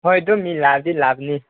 ꯍꯣꯏ ꯑꯗꯨꯝ ꯂꯥꯛꯂꯗꯤ ꯂꯥꯛꯀꯅꯤ